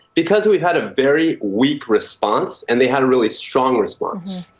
because we've had a very weak response and they had a really strong response.